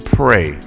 pray